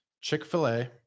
Chick-fil-A